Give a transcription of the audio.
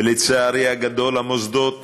ולצערי הגדול, המוסדות